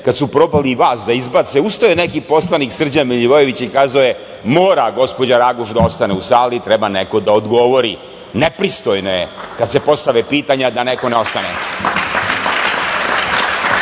kad su probali i vas da izbace, ustao je neki poslanik Srđan Milivojević i kazao je – mora gospođa Raguš da ostane u sali, treba neko da odgovori, nepristojno je kad se postave pitanja da neko ne ostane.